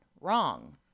wrong